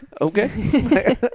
Okay